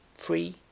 free,